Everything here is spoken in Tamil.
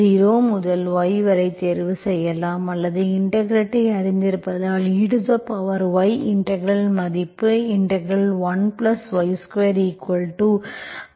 0 முதல் y வரை தேர்வு செய்யலாம் அல்லது இன்டெக்ரல்ஐ அறிந்திருப்பதால் ey இன்டெக்ரல் மதிப்பு 11 y2y ஆகும்